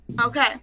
Okay